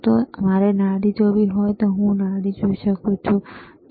જો મારે નાડી જોવી હોય તો હું નાડી જોઈ શકું છું ખરું